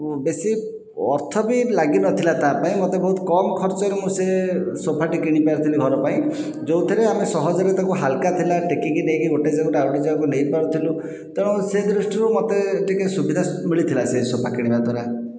ବେଶି ଅର୍ଥ ବି ଲାଗିନଥିଲା ତା'ପାଇଁ ମୋତେ ବହୁତ କମ୍ ଖର୍ଚ୍ଚରେ ମୁଁ ସେ ସୋଫାଟି କିଣିପାରିଥିଲି ଘର ପାଇଁ ଯେଉଁଥିରେ ଆମେ ସହଜରେ ତାକୁ ହାଲକା ଥିଲା ଟେକିକି ନେଇ ଗୋଟିଏ ଯାଗାରୁ ଆଉ ଗୋଟିଏ ଯାଗାକୁ ନେଇପାରୁଥିଲୁ ତେଣୁ ସେହି ଦୃଷ୍ଟିରୁ ମୋତେ ଟିକେ ସୁବିଧା ମିଳିଥିଲା ସେହି ସୋଫା କିଣିବା ଦ୍ଵାରା